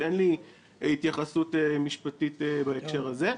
ואין לי התייחסות משפטית בהקשר הזה.